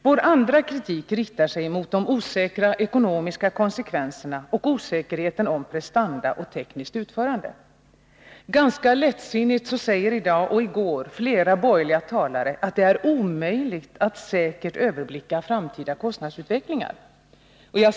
För det andra riktar vi kritik mot de osäkra ekonomiska konsekvenserna och osäkerheten om prestanda och tekniskt utförande. Flera borgerliga talare har ganska lättsinnigt i dag och i går sagt att det är omöjligt att säkert överblicka framtida kostnadsutvecklingar.